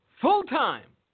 full-time